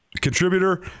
contributor